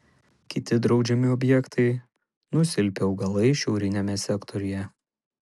kiti draudžiami objektai nusilpę augalai šiauriniame sektoriuje